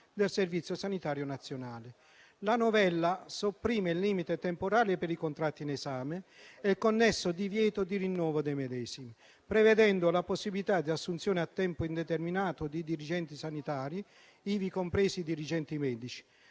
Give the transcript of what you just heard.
del Servizio sanitario nazionale. La novella sopprime il limite temporale per i contratti in esame e il connesso divieto di rinnovo dei medesimi, prevedendo la possibilità di assunzione a tempo indeterminato di dirigenti sanitari (ivi compresi i dirigenti medici).